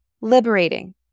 Liberating